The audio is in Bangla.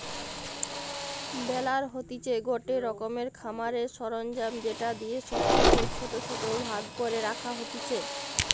বেলার হতিছে গটে রকমের খামারের সরঞ্জাম যেটা দিয়ে শস্যকে ছোট ছোট ভাগ করে রাখা হতিছে